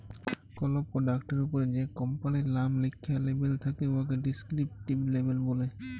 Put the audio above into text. call পরডাক্টের উপরে যে কম্পালির লাম লিখ্যা লেবেল থ্যাকে উয়াকে ডেসকিরিপটিভ লেবেল ব্যলে